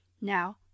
Now